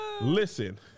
Listen